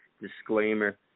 disclaimer